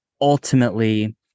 Ultimately